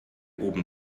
oben